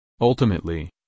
Ultimately